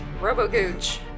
Robo-gooch